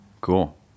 Cool